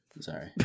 sorry